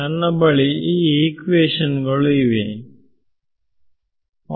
ನನ್ನ ಬಳಿ ಈ ಎಕ್ಸ್ಪ್ರೆಶನ್ ಗಳು ಇವೆಯೇ